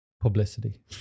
publicity